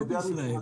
על ידי המשרדים,